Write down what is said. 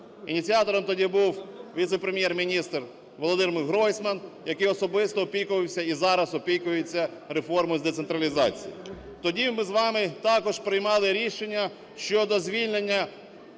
Ініціатором тоді був віце-прем'єр-міністр Володимир Гройсман, який особисто опікувався і зараз опікується реформою з децентралізації. Тоді ми з вами також приймали рішення щодо звільнення